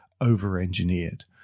over-engineered